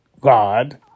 God